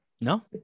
No